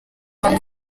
bamwe